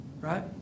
right